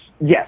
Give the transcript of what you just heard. Yes